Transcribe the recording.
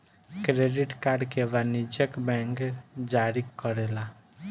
credit card के वाणिजयक bank जारी करेला